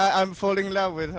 i'm falling in love with